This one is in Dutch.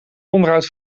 onderhoud